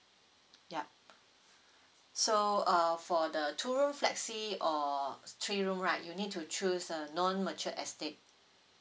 yup so uh for the two room flexi or three room right you need to choose a non matured estate